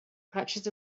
patches